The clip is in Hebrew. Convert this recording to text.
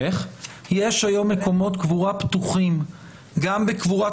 יש היום מקומות קבורה פתוחים גם בקבורת